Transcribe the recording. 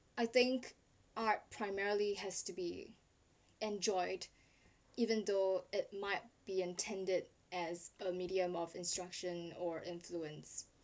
I think art primarily has to be enjoyed even though it might be intended as a medium of instruction or influence yup passing on